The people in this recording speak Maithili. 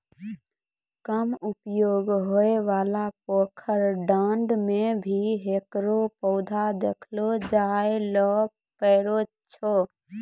कम उपयोग होयवाला पोखर, डांड़ में भी हेकरो पौधा देखलो जाय ल पारै छो